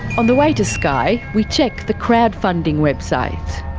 on the way to sky, we check the crowdfunding website.